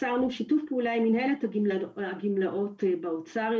יצרנו שיתוף פעולה עם מינהלת הגמלאות באוצר,